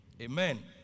amen